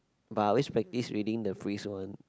but I always practice reading the priest one